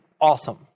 awesome